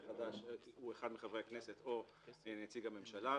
חדש הוא אחד מחברי הכנסת או נציג הממשלה,